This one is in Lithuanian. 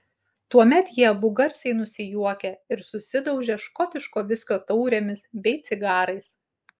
tuomet jie abu garsiai nusijuokia ir susidaužia škotiško viskio taurėmis bei cigarais